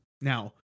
Now